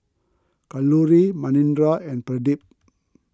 Kalluri Manindra and Pradip